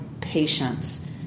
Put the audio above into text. patience